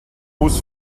bus